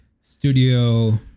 studio